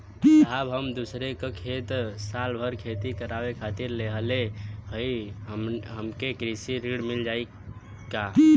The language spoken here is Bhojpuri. साहब हम दूसरे क खेत साल भर खेती करावे खातिर लेहले हई हमके कृषि ऋण मिल जाई का?